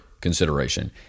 consideration